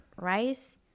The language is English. rice